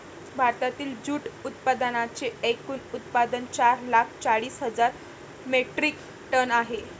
भारतातील जूट उत्पादनांचे एकूण उत्पादन चार लाख चाळीस हजार मेट्रिक टन आहे